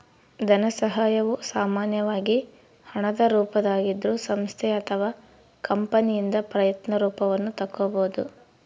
ಧನಸಹಾಯವು ಸಾಮಾನ್ಯವಾಗಿ ಹಣದ ರೂಪದಾಗಿದ್ರೂ ಸಂಸ್ಥೆ ಅಥವಾ ಕಂಪನಿಯಿಂದ ಪ್ರಯತ್ನ ರೂಪವನ್ನು ತಕ್ಕೊಬೋದು